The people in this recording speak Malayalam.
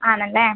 ആണല്ലേ